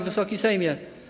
Wysoki Sejmie!